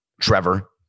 Trevor